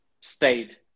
stayed